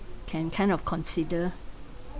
can kind of consider